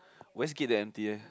Westgate damn empty eh